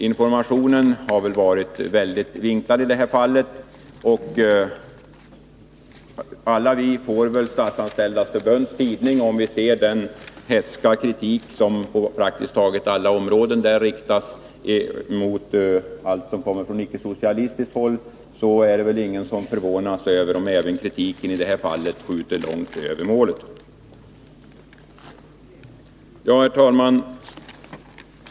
Informationen har kanske varit väldigt vinklad i det här fallet. Alla ledamöter i riksdagen får väl Statsanställdas förbunds tidning och ser den hätska kritik som på praktiskt taget alla områden riktas mot allt som kommer 175 från icke-socialistiskt håll. Då är det väl ingen som förvånas om kritiken även i det här fallet skjuter långt över målet. Herr talman!